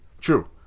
True